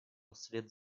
вслед